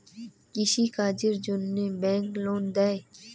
কৃষি কাজের জন্যে ব্যাংক লোন দেয়?